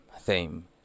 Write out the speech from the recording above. theme